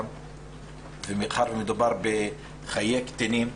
ומאחר ומדובר בחיי קטינים,